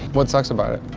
what sucks about it?